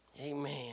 Amen